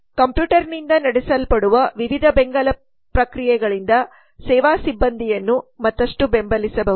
ಕಂಪ್ಯೂಟರ್ನಿಂದ ನಡೆಸಲ್ಪಡುವ ವಿವಿಧ ಬೆಂಬಲ ಪ್ರಕ್ರಿಯೆಗಳಿಂದ ಸೇವಾ ಸಿಬ್ಬಂದಿಯನ್ನು ಮತ್ತಷ್ಟು ಬೆಂಬಲಿಸಬಹುದು